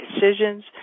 decisions